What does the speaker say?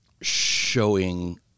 showing